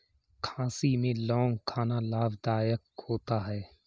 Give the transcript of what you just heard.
खांसी में लौंग खाना लाभदायक होता है